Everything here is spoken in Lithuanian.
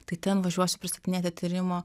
tai ten važiuosiu pristatinėti tyrimo